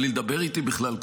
בלי לדבר איתי בכלל,